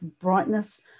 brightness